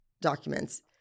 documents